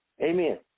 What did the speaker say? Amen